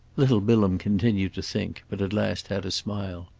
little bilham continued to think, but at last had a smile.